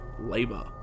labor